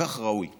כך ראוי בעיניי.